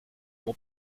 mon